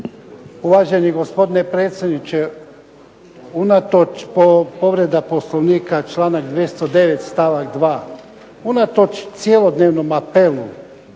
Uvaženi gospodine predsjedniče. Unatoč, povreda Poslovnika, članak 209. stavak 2., unatoč cjelodnevnom apelu